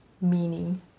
meaning